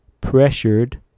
pressured